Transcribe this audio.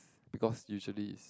because usually is